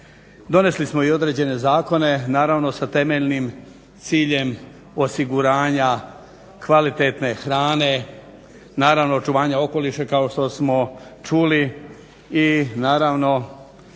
donesli smo i određene zakone, naravno sa temeljnim ciljem osiguranja kvalitetne hrane, naravno očuvanja okoliša kao što smo čuli i naravno